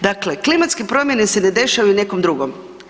Dakle, klimatske promjene se ne dešavaju nekom drugom.